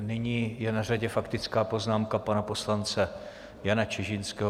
Nyní je na řadě faktická poznámka pana poslance Jana Čižinského.